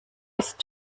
ist